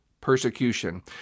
persecution